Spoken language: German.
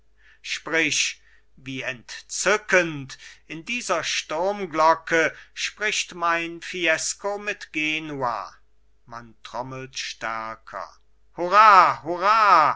sprich wie entzückend in dieser sturmglocke spricht mein fiesco mit genua man trommelt stärker hurra hurra